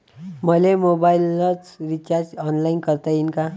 मले मोबाईलच recharge online करता येईन का?